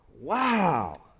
Wow